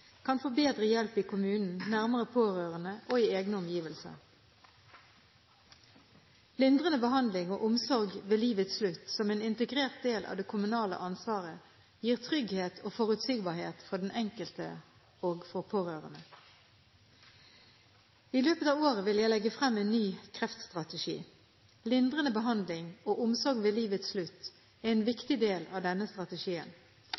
kan få bedre hjelp i kommunen, nærmere pårørende og i egne omgivelser. Lindrende behandling og omsorg ved livets slutt som en integrert del av det kommunale ansvaret gir trygghet og forutsigbarhet for den enkelte og for pårørende. I løpet av året vil jeg legge frem en ny kreftstrategi. Lindrende behandling og omsorg ved livets slutt er en viktig del av denne strategien. Strategien